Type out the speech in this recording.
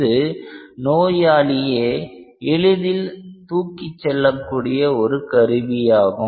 இது நோயாளியே எளிதில் தூக்கிச் செல்லக்கூடிய ஒரு கருவியாகும்